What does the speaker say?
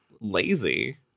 lazy